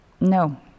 No